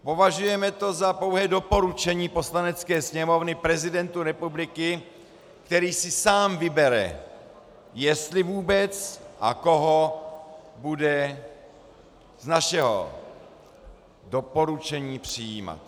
Považujeme to za pouhé doporučení Poslanecké sněmovny prezidentu republiky, který si sám vybere, jestli vůbec a koho bude z našeho doporučení přijímat.